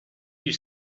you